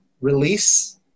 release